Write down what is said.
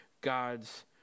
God's